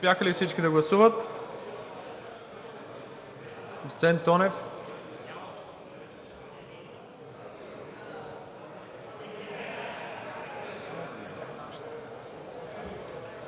Успяха ли всички да гласуват?